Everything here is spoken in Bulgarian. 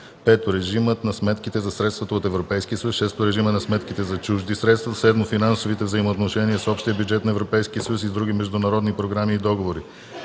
5. режимът на сметките за средствата от Европейския съюз; 6. режимът на сметките за чужди средства; 7. финансовите взаимоотношения с общия бюджет на Европейския съюз и с други международни програми и договори;